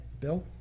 Bill